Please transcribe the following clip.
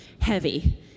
heavy